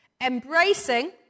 Embracing